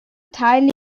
teil